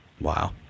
Wow